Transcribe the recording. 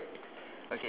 ya it's correct